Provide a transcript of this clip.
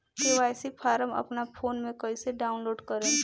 KYC form अपना phone मे कइसे डाऊनलोड करेम?